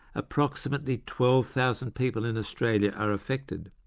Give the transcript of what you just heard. approximately twelve thousand people in australia are affected,